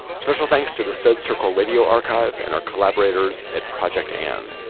special thanks to the studs terkel radio archive and our collaborators at project and.